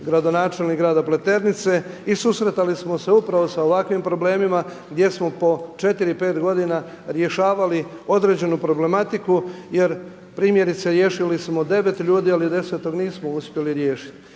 gradonačelnik grada Pleternice i susretali smo se upravo sa ovakvim problemima gdje smo po 4, 5 godina rješavali određenu problematiku jer primjerice riješili smo 9 ljudi ali 10-tog nismo uspjeli riješiti.